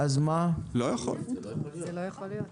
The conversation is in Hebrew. זה לא יכול להיות.